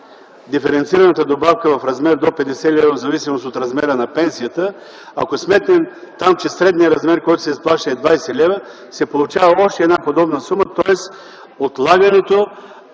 диференцираната добавка в размер до 50 лв. в зависимост от размера на пенсията - ако сметнем там, че средният размер, който се изплаща, е 20 лв., се получава още една подобна сума, тоест отлагането